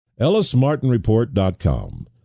ellismartinreport.com